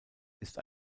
ist